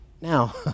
Now